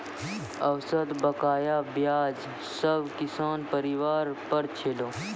औसत बकाया ब्याज सब किसान परिवार पर छलै